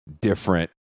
different